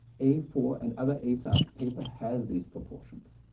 a four and other a size paper has these proportions.